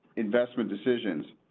investment decisions,